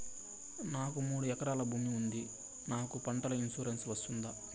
నాకు మూడు ఎకరాలు భూమి ఉంది నాకు పంటల ఇన్సూరెన్సు వస్తుందా?